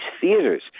theaters